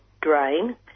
drain